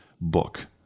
book